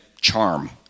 charm